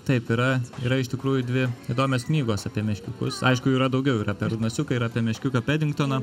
taip yra yra iš tikrųjų dvi įdomios knygos apie meškiukus aišku jų yra daugiau ir apie rudnosiuką ir apie meškiuką pedingtoną